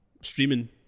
streaming